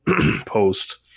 post